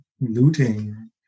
looting